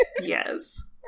Yes